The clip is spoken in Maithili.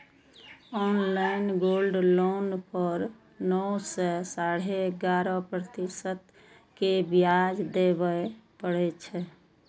ऑनलाइन गोल्ड लोन पर नौ सं साढ़े ग्यारह प्रतिशत के ब्याज देबय पड़ै छै